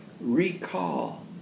recall